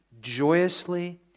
Joyously